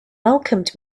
welcomed